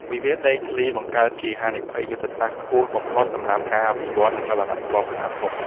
វិវាទដីធ្លីបង្កើតជា "ហានិភ័យយុទ្ធសាស្ត្រ" ខ្ពស់បំផុតសម្រាប់អ្នកអភិវឌ្ឍន៍អចលនទ្រព្យខ្នាតធំ។